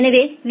எனவே வி